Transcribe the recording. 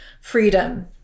freedom